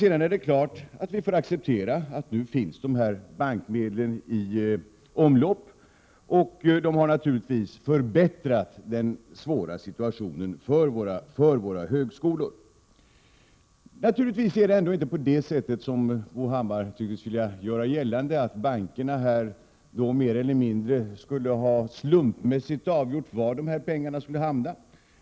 Sedan är det klart att vi får acceptera att dessa bankmedel nu finns i omlopp, och de har naturligtvis förbättrat den svåra situationen för våra högskolor. Det är naturligtvis inte så som Bo Hammar ville göra gällande att bankerna mer eller mindre slumpmässigt skulle ha avgjort var dessa pengar skulle hamna.